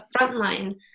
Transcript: frontline